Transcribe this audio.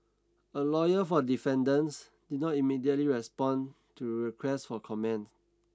a lawyer for the defendants did not immediately respond to requests for comment